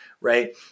right